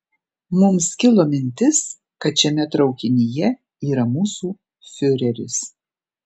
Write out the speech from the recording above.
mums kilo mintis kad šiame traukinyje yra mūsų fiureris